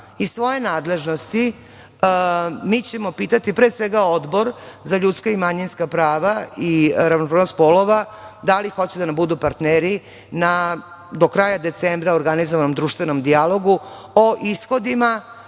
iz svoje nadležnosti mi ćemo pitati, pre svega, Odbor za ljudska i manjinska prava i ravnopravnost polova - da li hoće da nam budu partneri do kraja decembra organizovanom društvenom dijalogu o ishodima